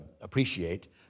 appreciate